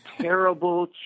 terrible